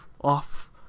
off